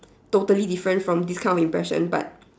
totally different from this kind of impression but